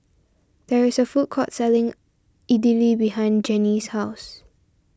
there is a food court selling Idili behind Genie's house